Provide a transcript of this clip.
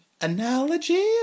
analogy